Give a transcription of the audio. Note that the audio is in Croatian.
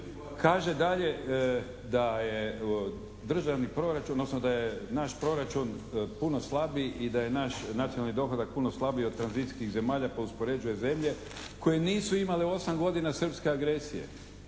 odnosno da je naš proračun puno slabiji i da je naš nacionalni dohodak puno slabiji od tranzicijskih zemalja pa uspoređuje zemlje koje nisu imale osam godina srpske agresije,